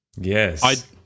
Yes